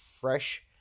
fresh